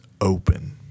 open